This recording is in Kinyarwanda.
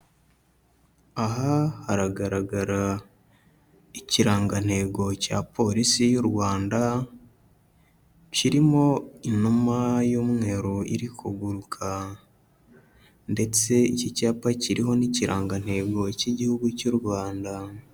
Aha haragaragara ikirangantego cya polisi y'u Rwanda, kirimo inuma y'umweru iri kuguruka, ndetse iki cyapa kiriho n'ikirangantego cy'igihugu cy'u Rwanda.